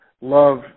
love